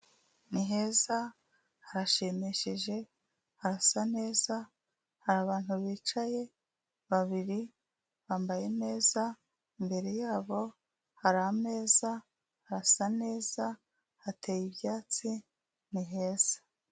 Ni heza, harashimishije, harasa neza, hari abantu bicaye babiri, bambaye neza, imbere yabo hari ameza, hasa neza, hateye ibyatsi, ni heza.